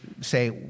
say